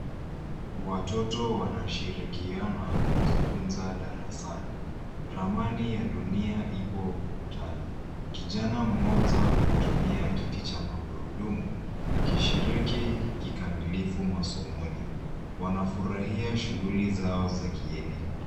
Watoto wanashirikiana kujifunza darasani. Ramani ya dunia ipo ukutani. Kijana mmoja anatumia kiti cha magurudumu akishiriki kikamilifu masomoni. Wanafurahia shughuli zao za kielimu.